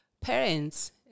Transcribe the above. parents